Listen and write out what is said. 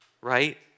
right